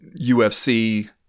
UFC